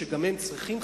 שגם הם צריכים,